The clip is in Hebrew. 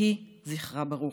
יהי זכרה ברוך.